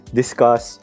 discuss